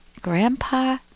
grandpa